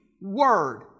word